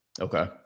Okay